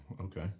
Okay